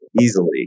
easily